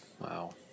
Wow